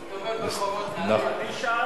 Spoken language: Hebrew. הוא מסתובב ברחובות נהרייה.